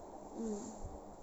mm